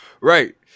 Right